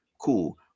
cool